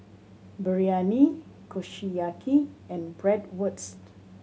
Biryani Kushiyaki and Bratwurst